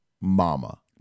mama